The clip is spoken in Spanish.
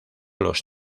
los